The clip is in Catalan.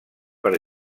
per